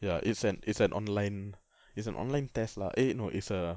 ya it's an it's an online it's an online test lah eh no it's a